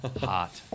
Hot